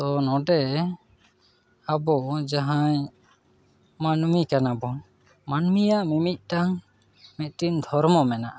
ᱛᱚ ᱱᱚᱸᱰᱮ ᱟᱵᱚ ᱡᱟᱦᱟᱸᱭ ᱢᱟᱹᱱᱢᱤ ᱠᱟᱱᱟ ᱵᱚᱱ ᱢᱟᱹᱱᱢᱤᱭᱟᱜ ᱢᱤᱼᱢᱤᱫᱴᱟᱝ ᱢᱤᱫᱴᱮᱱ ᱫᱷᱚᱨᱚᱢ ᱢᱮᱱᱟᱜᱼᱟ